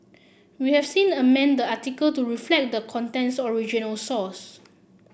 we have since amended the article to reflect the content's original source